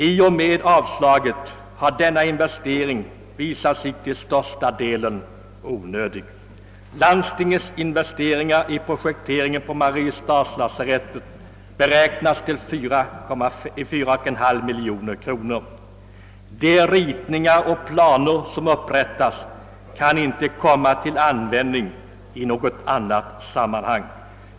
I och med avslaget har denna investering visat sig till största delen onödig. Landstingets investeringar i projekteringen på Mariestads-lasarettet beräknas till 4,5 miljoner kronor. De ritningar och planer som upprättats kan inte komma till användning i något annat sammanhang.